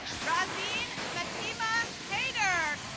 razeen fatima haider,